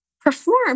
perform